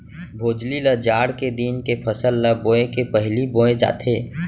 भोजली ल जाड़ के दिन के फसल ल बोए के पहिली बोए जाथे